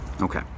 okay